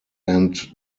denis